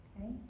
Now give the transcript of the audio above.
okay